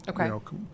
Okay